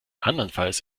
andernfalls